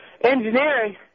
Engineering